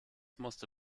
musste